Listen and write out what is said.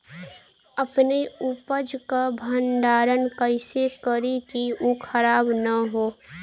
अपने उपज क भंडारन कइसे करीं कि उ खराब न हो?